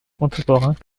contemporains